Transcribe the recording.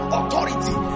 authority